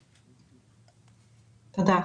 תודה.